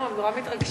נורא מתרגשים.